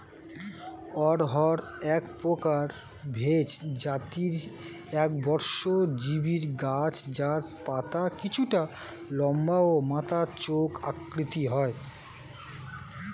অড়হর একপ্রকার ভেষজ জাতীয় একবর্ষজীবি গাছ যার পাতা কিছুটা লম্বা ও মাথা চোখা আকৃতির হয়